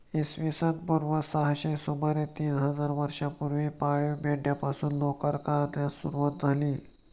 इसवी सन पूर्व सहाशे सुमारे तीन हजार वर्षांपूर्वी पाळीव मेंढ्यांपासून लोकर काढण्यास सुरवात झाली